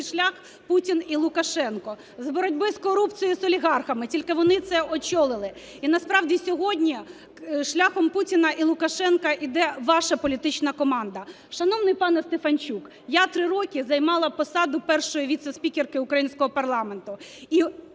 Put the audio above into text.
шлях Путін і Лукашенко? З боротьби з корупцією і з олігархами, тільки вони це очолили. І насправді сьогодні шляхом Путіна і Лукашенка йде ваша політична команда. Шановний пане Стефанчук, я три роки займала посаду першої віце-спікерки українського парламенту